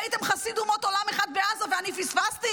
ראיתם חסיד אומות עולם אחד בעזה ואני פספסתי?